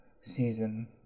season